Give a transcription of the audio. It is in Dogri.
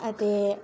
अते